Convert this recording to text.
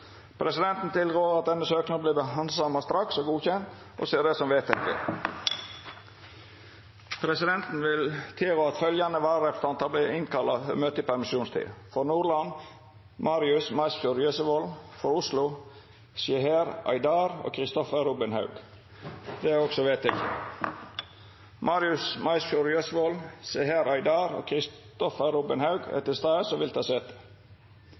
i permisjonstida: For Nordland: Marius Meisfjord Jøsevold For Oslo: Seher Aydar og Kristoffer Robin Haug Marius Meisfjord Jøsevold, Seher Aydar og Kristoffer Robin Haug er til stades og vil ta sete.